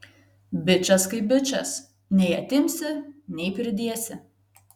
bičas kaip bičas nei atimsi nei pridėsi